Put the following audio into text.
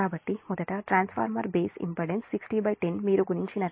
కాబట్టి మొదట transformer base base impedance 6010 మీరు గుణించినట్లయితే ఇది 10